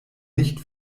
nicht